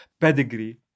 pedigree